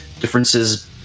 differences